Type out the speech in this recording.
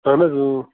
اَہَن حظ